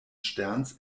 sterns